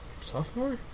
sophomore